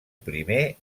primer